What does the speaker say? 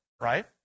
right